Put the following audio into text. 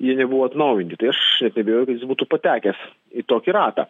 jie nebuvo atnaujinti tai aš neabejoju kad jis būtų patekęs į tokį ratą